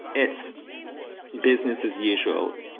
it's business as usual.